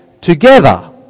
together